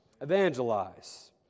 evangelize